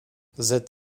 that